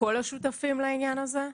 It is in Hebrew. כל השותפים לעניין הזה,